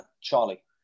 Charlie